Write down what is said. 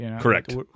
Correct